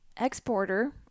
exporter